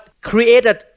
created